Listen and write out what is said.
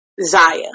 Zaya